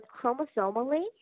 chromosomally